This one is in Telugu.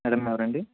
మేడం ఎవరు అండి